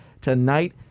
tonight